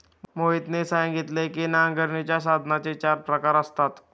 मोहितने सांगितले की नांगरणीच्या साधनांचे चार प्रकार असतात